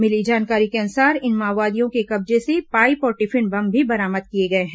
मिली जानकारी के अनुसार इन माओवादियों के कब्जे से पाईप और टिफिन बम भी बरामद किए गए हैं